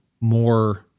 more